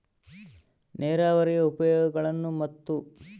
ನೇರಾವರಿಯ ಉಪಯೋಗಗಳನ್ನು ಮತ್ತು?